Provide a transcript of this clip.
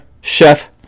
chef